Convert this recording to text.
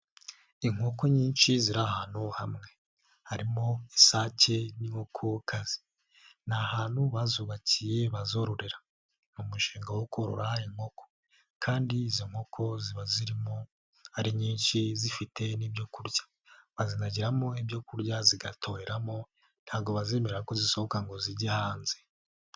Inkoko nyinshi ziri ahantu hamwe, harimo isake n'inkokokazi. Ni hantu bazubakiye bazororera ni umushinga wo korora inkoko, kandi izo nkoko ziba zirimo ari nyinshi zifite n'ibyo kurya, bazanagiramo ibyo kurya zigatoreramo, ntago bazemera ko zisohoka ngo zijye hanze.